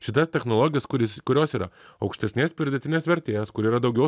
šitas technologijas kuris kurios yra aukštesnės pridėtinės vertės kur yra daugiau